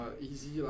easy